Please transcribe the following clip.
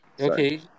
Okay